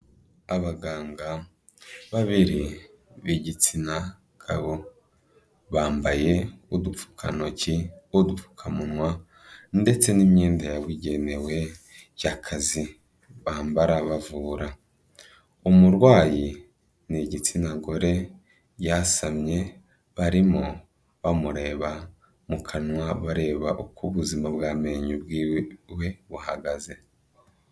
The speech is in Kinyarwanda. Abaganga babiri b'igitsina gabo bambaye udupfukantoki, udupfukamunwa ndetse n'imyenda yabugenewe y'akazi, bambara bavura. Umurwayi ni igitsina gore yasamye barimo bamureba mu kanwa bareba uko ubuzima bw'amenyo bwiwe buhagaze.